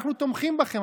אנחנו תומכים בכם,